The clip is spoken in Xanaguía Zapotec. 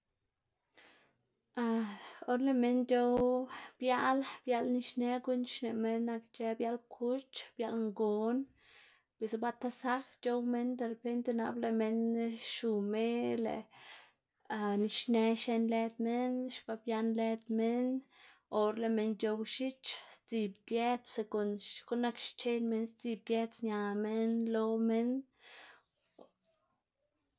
or lëꞌ minn c̲h̲ow biaꞌl, biaꞌl nixnë guꞌn xneꞌma nak ic̲h̲ë biaꞌl kuch, biaꞌl ngon, biꞌltsa ba tasaj c̲h̲ow minn derepente nap lëꞌ minn xiu me lëꞌ a nixnë xien lëd minn, xbabyan lëd minn o or lëꞌ minn c̲h̲ow x̱ich sdzib gedz según xkuꞌn nak xchen minn sdzib gedz ña minn lo minn.